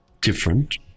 different